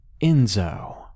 Enzo